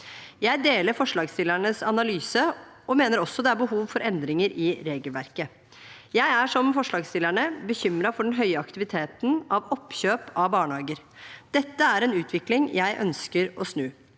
Jeg deler forslagsstillernes analyse og mener også det er behov for endringer i regelverket. Jeg er, som forslagsstillerne, bekymret for den høye aktiviteten av oppkjøp av barnehager. Dette er en utvikling jeg ønsker å snu.